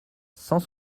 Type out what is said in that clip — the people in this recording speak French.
cent